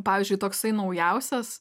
pavyzdžiui toksai naujausias